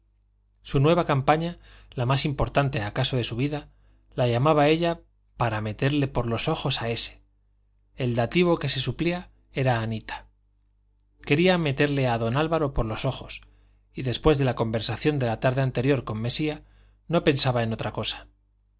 su nueva campaña la más importante acaso de su vida la llamaba ella para meterle por los ojos a ese el dativo que se suplía era anita quería meterle a don álvaro por los ojos y después de la conversación de la tarde anterior con mesía no pensaba en otra cosa